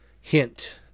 hint